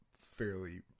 fairly